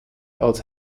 als